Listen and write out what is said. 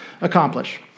accomplish